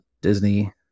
Disney